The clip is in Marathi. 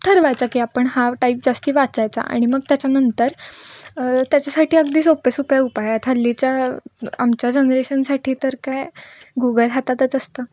ठरवायचा की आपण हा टाईप जास्त वाचायचा आणि मग त्याच्यानंतर त्याच्यासाठी अगदी सोप्या सोप्या उपाय आहेत हल्लीच्या आमच्या जनरेशनसाठी तर काय गुगल हातातच असतं